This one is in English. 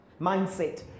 mindset